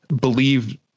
believe